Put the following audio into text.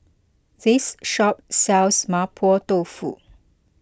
this shop sells Mapo Dofu